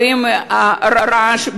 ועם רעש,